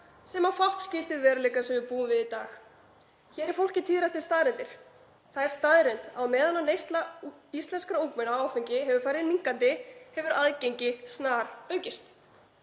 sem á fátt skylt við veruleikann sem við búum við í dag. Hér er fólki tíðrætt um staðreyndir. Það er staðreynd að á meðan neysla íslenskra ungmenna á áfengi hefur farið minnkandi hefur aðgengi snaraukist.